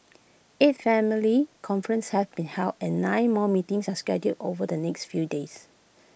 eight family conferences have been held and nine more meetings are scheduled over the next few days